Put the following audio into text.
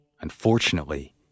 Unfortunately